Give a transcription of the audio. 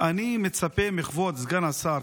אני מבקש מכבוד סגן השר,